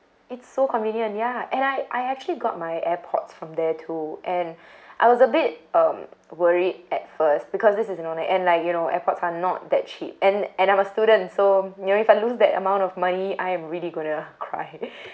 it's so convenient ya and I I actually got my airpods from there too and I was a bit um worried at first because this isn't on it and like you know airpods are not that cheap and and I'm a student so you know if I lose that amount of money I am really gonna cry